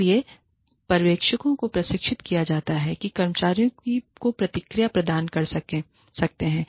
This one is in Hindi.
इसलिए पर्यवेक्षकों को प्रशिक्षित किया जा सकता है और कर्मचारियों को प्रतिक्रिया प्रदान कर सकते हैं